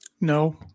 No